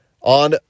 on